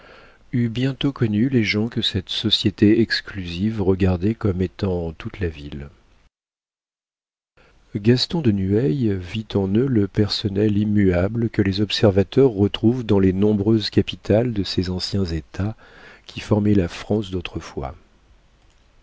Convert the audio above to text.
bientôt connu les gens que cette société exclusive regardait comme étant toute la ville gaston de nueil vit en eux le personnel immuable que les observateurs retrouvent dans les nombreuses capitales de ces anciens états qui formaient la france d'autrefois